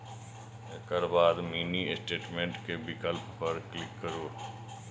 एकर बाद mini statement के विकल्प पर क्लिक करू